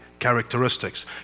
characteristics